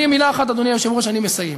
ועוד מילה אחת, אדוני היושב-ראש, ואני מסיים: